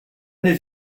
did